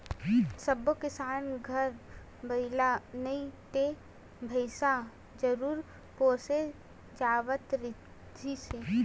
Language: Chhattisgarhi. सब्बो किसान घर बइला नइ ते भइसा जरूर पोसे जावत रिहिस हे